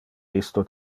isto